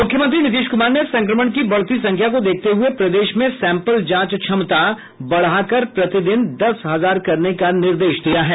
मुख्यमंत्री नीतीश कुमार ने संक्रमण की बढ़ती संख्या को देखते हुए प्रदेश में सैंपल जांच क्षमता बढाकर प्रतिदिन दस हजार करने का निर्देश दिया है